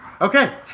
Okay